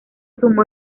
sumó